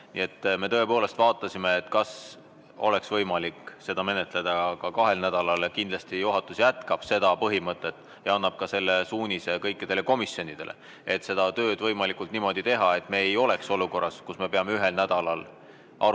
me tõepoolest vaatasime, kas oleks võimalik ka seda menetleda kahel nädalal. Kindlasti juhatus jätkab seda põhimõtet järgides ja annab selle suunise ka kõikidele komisjonidele, et püüame tööd võimalikult niimoodi teha, et me ei oleks olukorras, kus me peame eelnõu ühel nädalal arutama,